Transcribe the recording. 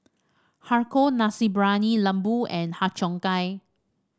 Har Kow Nasi Briyani Lembu and Har Cheong Gai